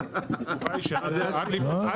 היושב ראש, אני אסביר לך.